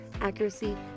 accuracy